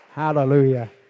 Hallelujah